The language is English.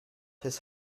his